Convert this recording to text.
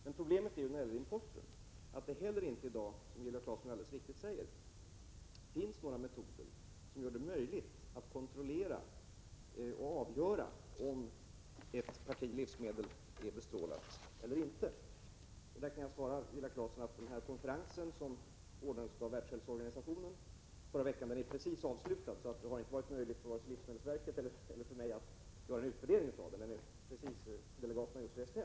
Men problemet vid import är att det i dag inte finns, som Viola Claesson alldeles riktigt sade, några metoder att kontrollera och avgöra om livsmedlen är bestrålade eller inte. Jag kan som svar på Viola Claessons fråga säga att den konferens som ordnades av Världshälsoorganisationen i förra veckan precis har avslutats. Det har inte varit möjligt för mig eller för livsmedelsverket att få någon utvärdering. Delegaterna har just åkt hem.